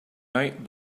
night